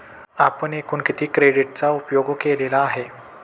आपण एकूण किती क्रेडिटचा उपयोग केलेला आहे?